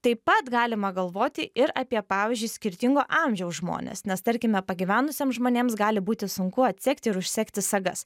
taip pat galima galvoti ir apie pavyzdžiui skirtingo amžiaus žmones nes tarkime pagyvenusiems žmonėms gali būti sunku atsegti ir užsegti sagas